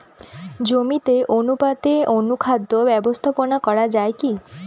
জমিতে অনুপাতে অনুখাদ্য ব্যবস্থাপনা করা য়ায় কি?